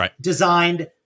designed